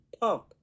pump